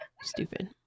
Stupid